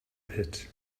pit